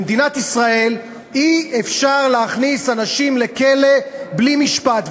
במדינת ישראל אי-אפשר להכניס אנשים לכלא בלי משפט,